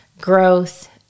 growth